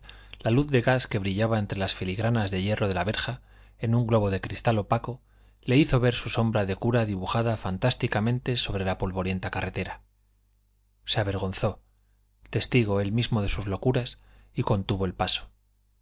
la luz de gas que brillaba entre las filigranas de hierro de la verja en un globo de cristal opaco le hizo ver su sombra de cura dibujada fantásticamente sobre la polvorienta carretera se avergonzó testigo él mismo de sus locuras y contuvo el paso